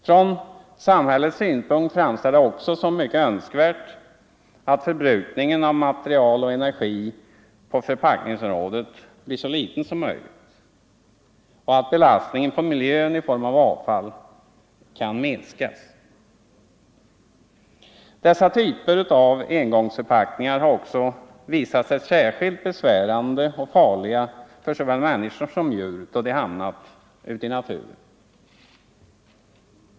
Vidare framstår det från samhällets synpunkt som mycket önskvärt att förbrukningen av material och energi på förpackningsområdet blir så liten som möjligt och att belastningen på miljön i form av avfall kan minskas. Dessa typer av engångsförpackningar har också visat sig särskilt besvärande och farliga för såväl människor som djur då de hamnat ute i naturen.